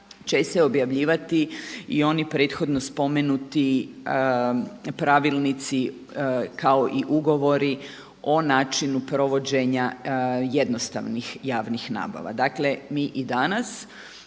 će se objavljivati i oni prethodno spomenuti pravilnici kao i ugovori o načinu provođenja jednostavnih javnih nabava. Dakle, mi i danas